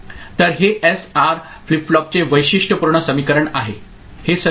तर हे S R flip फ्लॉपचे वैशिष्ट्यपूर्ण समीकरण आहे